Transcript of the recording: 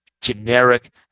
generic